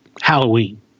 Halloween